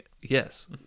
Yes